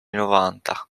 novanta